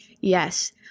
yes